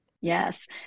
Yes